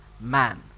man